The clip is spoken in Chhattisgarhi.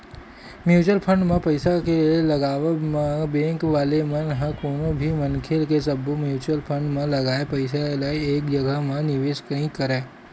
म्युचुअल फंड म पइसा के लगावब म बेंक वाले मन ह कोनो भी मनखे के सब्बो म्युचुअल फंड म लगाए पइसा ल एक जघा म निवेस नइ करय